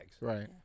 Right